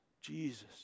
Jesus